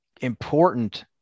important